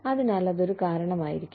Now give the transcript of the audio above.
അതിനാൽ അത് ഒരു കാരണമായിരിക്കാം